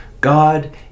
God